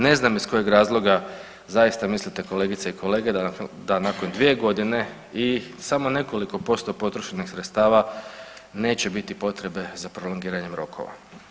Ne znam iz kojeg razloga zaista mislite kolegice i kolege da nakon 2.g. i samo nekoliko posto potrošenih sredstava neće biti potrebe za prolongiranjem rokova.